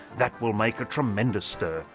that will make a tremendous stir,